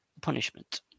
punishment